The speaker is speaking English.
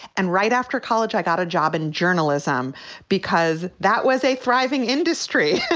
and right after college, i got a job in journalism because that was a thriving industry.